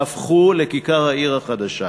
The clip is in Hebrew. שהפכו לכיכר העיר החדשה,